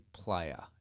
player